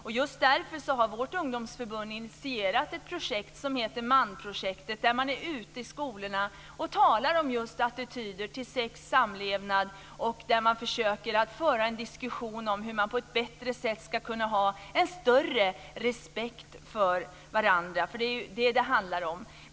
Just därför har vårt ungdomsförbund initierat ett projekt, som heter Manprojektet och där man är ute i skolorna och talar om attityder till sex och samlevnad och försöker föra en diskussion om hur vi på ett bättre sätt ska kunna ha en större respekt för varandra. Det är vad det handlar om.